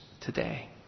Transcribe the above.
today